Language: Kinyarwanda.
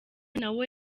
nawe